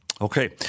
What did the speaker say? Okay